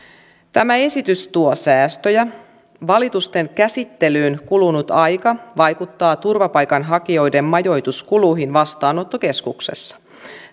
tämä esitys tuo säästöjä valitusten käsittelyyn kulunut aika vaikuttaa turvapaikanhakijoiden majoituskuluihin vastaanottokeskuksessa